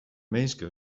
minske